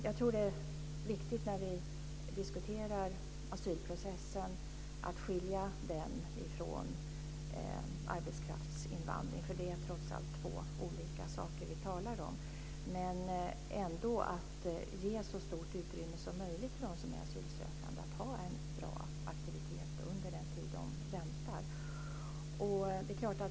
Jag tror att det är viktigt, när vi diskuterar asylprocessen, att skilja den från arbetskraftsinvandring. Det är trots allt två olika saker vi talar om. Men vi ska ändå ge så stort utrymme som möjligt för dem som är asylsökande att ha en bra aktivitet under den tid de väntar.